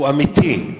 הוא אמיתי.